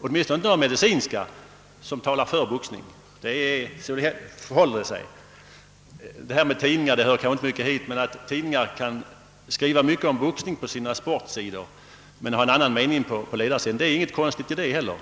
åtminstone inte från medicinska auktoriteter, som talar för boxningen. Detta med tidningar hör kanske inte hit. Men det ligger inget underligt i att tidningar kan ha mycket om boxning på sina sportsidor men samtidigt ge uttryck åt ogillande av boxningen.